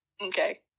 Okay